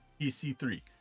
PC3